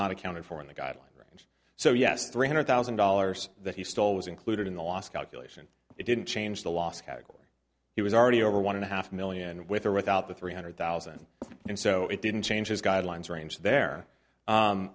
not accounted for in the guideline range so yes three hundred thousand dollars that he stole was included in the last calculation it didn't change the last category he was already over one and a half million with a real out the three hundred thousand and so it didn't change his guidelines range there